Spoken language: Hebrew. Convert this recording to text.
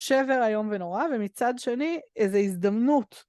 שבר היום בנורא, ומצד שני, איזו הזדמנות.